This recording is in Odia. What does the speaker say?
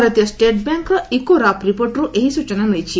ଭାରତୀୟ ଷେଟ୍ବ୍ୟାଙ୍କର ଇକୋରାପ୍ ରିପୋର୍ଟରୁ ଏହି ସୂଚନା ମିଳିଛି